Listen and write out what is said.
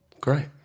Great